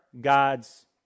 God's